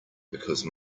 because